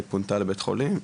היא פונתה לבית חולים.